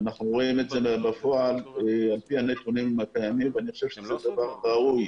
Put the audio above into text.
אנחנו רואים את זה בפועל על פי הנתונים ואני חושב שזה דבר ראוי